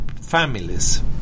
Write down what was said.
families